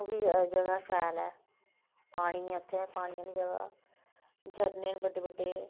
ओह् बी जगह् शैल ऐ पानी ऐ उत्थै पानी आह्ली जगह् झरने न बड्डे बड्डे